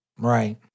Right